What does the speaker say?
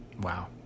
Wow